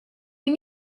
you